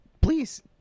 please